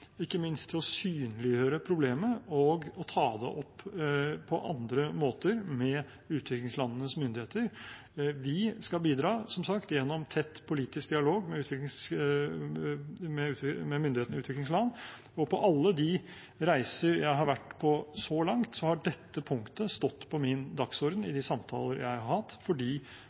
ikke minst til å synliggjøre problemet og å ta det opp på andre måter med utviklingslandenes myndigheter. Vi skal bidra, som sagt, gjennom tett politisk dialog med myndighetene i utviklingsland, og på alle de reiser jeg har vært på så langt, har dette punktet stått på min dagsorden i de samtaler jeg har hatt, fordi